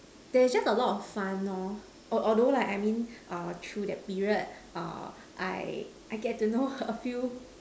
there's just a lot of fun lor al~ although like I mean uh through that period uh I I get to know a few